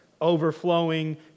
overflowing